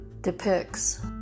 depicts